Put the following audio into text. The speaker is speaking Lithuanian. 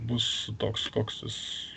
bus toks koks jis